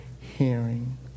hearing